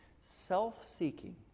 Self-seeking